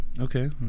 Okay